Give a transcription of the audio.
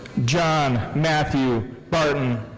john matthew barton.